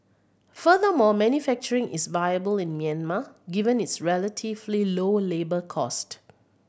furthermore manufacturing is viable in Myanmar given its relatively low labour cost